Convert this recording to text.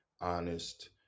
honest